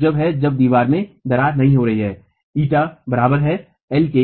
जब है जब दीवार में दरार नहीं हो रही है η बराबर है lएल के